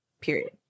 period